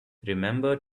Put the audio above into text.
remember